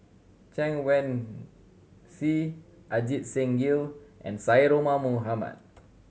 Chen Wen Hsi Ajit Singh Gill and Syed Omar Mohamed